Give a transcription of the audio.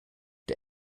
der